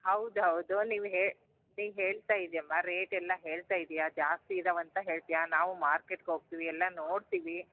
ಹೌದು ಹೌದು ನೀವು ಹೇ ನೀವು ಹೇಳ್ತಾ ಇದ್ದಿಯಮ್ಮ ರೇಟ್ ಎಲ್ಲ ಹೇಳ್ತ ಇದ್ದೀಯ ಜಾಸ್ತಿ ಇದಾವೆ ಅಂತ ಹೇಳ್ತೀಯ ನಾವು ಮಾರ್ಕೆಟ್ಗೆ ಹೋಗ್ತೀವಿ ಎಲ್ಲ ನೋಡ್ತೀವಿ